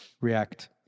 React